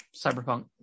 cyberpunk